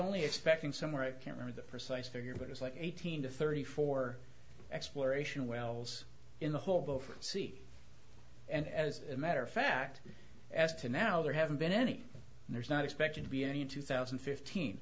only expecting somewhere i can read the precise figure but it's like eighteen to thirty four exploration wells in the whole beaufort sea and as a matter of fact as to now there haven't been any and there's not expected to be any in two thousand and fifteen